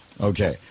Okay